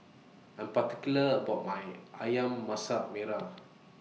I Am particular about My Ayam Masak Merah